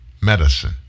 medicine